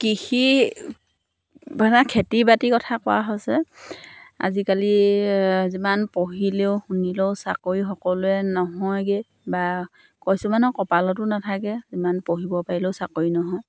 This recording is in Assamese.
কৃষি মানে খেতি বাতিৰ কথা কোৱা হৈছে আজিকালি যিমান পঢ়িলেও শুনিলেও চাকৰি সকলোৱে নহয়গৈ বা কিছুমানৰ কপালতো নাথাকে যিমান পঢ়িব পাৰিলেও চাকৰি নহয়